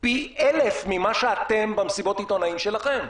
פי אלף ממה שאני למד ממסיבות העיתונאים שלכם.